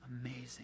Amazing